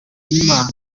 y’imana